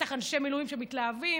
ובטח אנשי מילואים שמתלהבים.